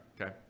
Okay